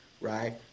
right